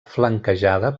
flanquejada